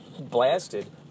blasted